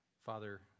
Father